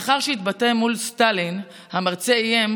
לאחר שהתבטא נגד סטלין המרצה איים,